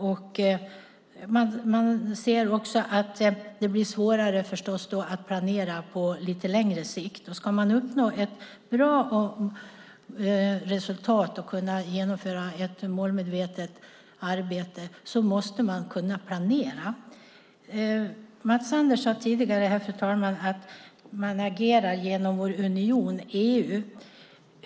Det blir också svårare att planera på lite längre sikt. Ska man uppnå ett bra resultat och kunna genomföra ett målmedvetet arbete måste man kunna planera. Fru talman! Mats Sander sade tidigare att man agerar genom Europeiska unionen.